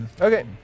Okay